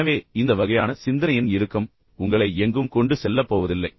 எனவே இந்த வகையான சிந்தனை சிந்தனையின் இறுக்கம் உங்களை எங்கும் கொண்டு செல்லப் போவதில்லை